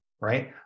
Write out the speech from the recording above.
right